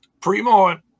Primo